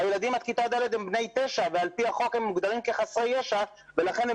הילדים בכיתה ד' על פי החוק מוגדרים כחסרי ישע ולכן הם